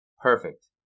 Perfect